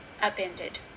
upended